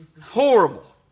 Horrible